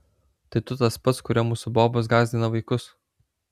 tai tu tas pats kuriuo mūsų bobos gąsdina vaikus